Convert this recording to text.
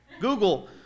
Google